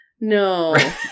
No